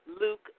Luke